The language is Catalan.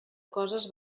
coses